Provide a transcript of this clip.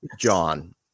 John